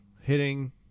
hitting